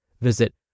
Visit